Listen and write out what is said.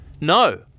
No